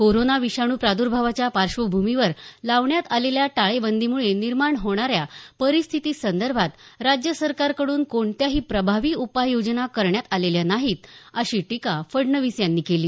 corona विषाणू प्रादुर्भावाच्या पार्श्वभूमीवर लावण्यात आलेलया टाळेबंदीमुळे निर्माण होणाऱ्या परिस्थितीसंदर्भात राज्य सरकारकडून कोणत्याही प्रभावी उपाययोजना करण्यात आलेल्या नाहीत अशी टीका फडणवीस यांनी केली